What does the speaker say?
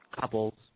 couples